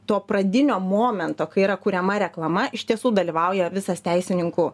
to pradinio momento kai yra kuriama reklama iš tiesų dalyvauja visas teisininkų